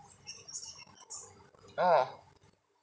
oh